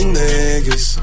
niggas